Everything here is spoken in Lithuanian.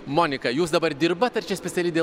monika jūs dabar dirba tad ši speciali